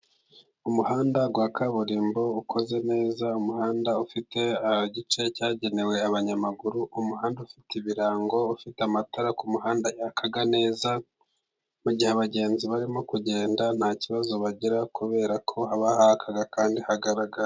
Umuhanda wa kaburimbo ukoze neza ,umuhanda ufite igice cyagenewe abanyamaguru, umuhanda ufite ibirango, ufite amatara ku kumuhanda yaka neza, mu mugihe abagenzi barimo kugenda ntakibazo bagira kubera ko haba haka kandi hagaragara.